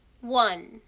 one